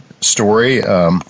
story